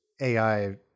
AI